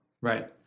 Right